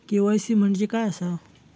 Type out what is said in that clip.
KYC म्हणजे काय आसा?